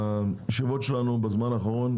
מהישיבות שלנו בזמן האחרון,